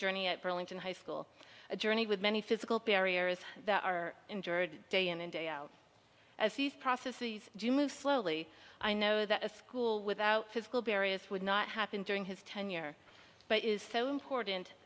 journey at burlington high school a journey with many physical barriers that are injured day in and day out as these prophecies do move slowly i know that a school without physical barriers would not happen during his tenure but it is so important